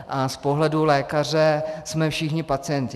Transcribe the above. A z pohledu lékaře jsme všichni pacienti.